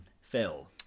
Phil